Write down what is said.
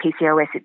PCOS